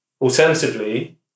Alternatively